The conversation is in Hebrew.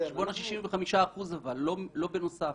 על חשבון ה-65% ולא בנוסף.